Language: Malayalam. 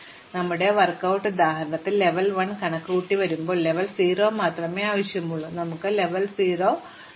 പക്ഷേ ഞങ്ങളുടെ വർക്ക് out ട്ട് ഉദാഹരണത്തിൽ നിങ്ങൾക്ക് ലെവൽ 1 കണക്കുകൂട്ടേണ്ടിവരുമ്പോൾ ഞങ്ങൾക്ക് ലെവൽ 0 മാത്രമേ ആവശ്യമുള്ളൂ അപ്പോൾ ഞങ്ങൾക്ക് ഒരു ലെവൽ 0 എറിയാൻ കഴിയും